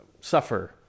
suffer